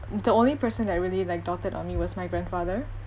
the only person that really like doted on me was my grandfather